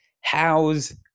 how's